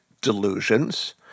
delusions